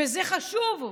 וזה חשוב.